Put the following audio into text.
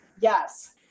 yes